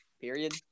Period